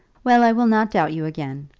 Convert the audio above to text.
well, i will not doubt you again.